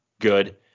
good